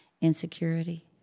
insecurity